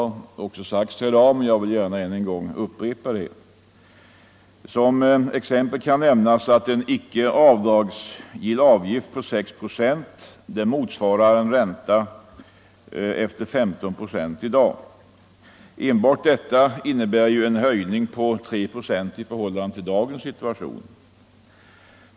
Denna synpunkt har redan framförts här, men jag vill gärna upprepa den. Som exempel kan nämnas att en icke avdragsgill avgift på 6 procent motsvarar en ränta på 15 procent i dag. Enbart detta innebär ju en höjning med 3 procent i förhållande till dagens situation.